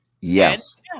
Yes